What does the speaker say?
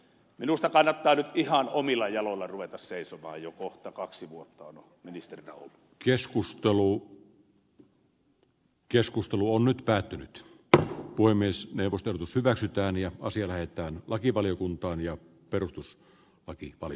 minusta kannattaa nyt ihan omilla jaloilla ruveta seisomaan jo kohta kaksi vuotta on nyt päättynyt tappoi myös neuvottelut us hyväksytään ja o sillä että lakivaliokuntaan ja perustus laki oli